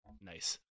nice